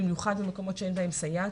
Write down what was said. במיוחד במקומות שאין בהם סייעת,